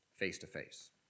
face-to-face